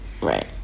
Right